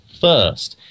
first